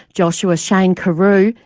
joshua shane carew,